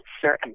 certain